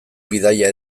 bidaia